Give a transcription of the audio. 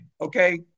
Okay